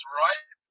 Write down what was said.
right